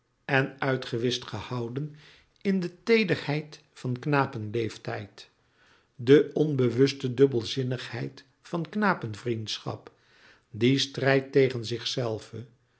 en uitgewischt gehouden in de teederheid van knapenleeftijd de onbewuste dubbelzinnigheid van knapenvriendschap die strijdt tegen